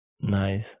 Nice